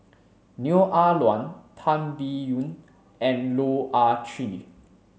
Neo Ah Luan Tan Biyun and Loh Ah Chee